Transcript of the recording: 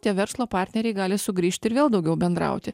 tie verslo partneriai gali sugrįžt ir vėl daugiau bendrauti